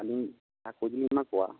ᱟᱹᱞᱤᱧ ᱡᱟᱦᱟ ᱠᱳᱪ ᱞᱤᱧ ᱮᱢᱟ ᱠᱚᱣᱟ